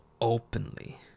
openly